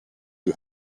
you